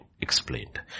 explained